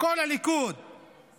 כל הליכוד והשותפים